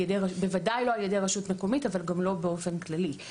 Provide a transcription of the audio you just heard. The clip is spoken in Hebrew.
בוודאי לא ע"י רשות מקומית אבל גם לא באופן כללי.